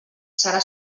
serà